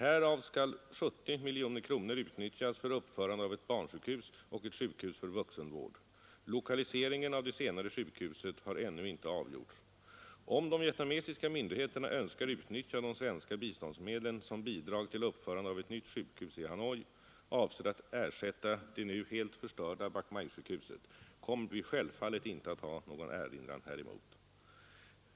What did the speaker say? Härav skall 70 miljoner kronor utnyttjas för uppförande av ett barnsjukhus och ett sjukhus för vuxenvård. Lokaliseringen av det senare sjukhuset har ännu inte avgjorts. Om de vietnamesiska myndigheterna önskar utnyttja de svenska biståndsmedlen som bidrag till uppförande av ett nytt sjukhus i Hanoi, avsett att ersätta det helt förstörda Bach Mai-sjukhuset, kommer vi självfallet inte att ha någon erinran häremot.